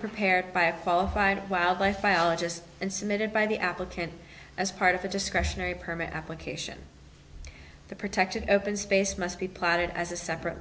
prepared by a qualified wildlife biologist and submitted by the applicant as part of the discretionary permit application the protected open space must be planted as a separate